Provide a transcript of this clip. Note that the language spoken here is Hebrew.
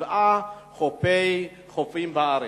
לשבעה חופים בארץ.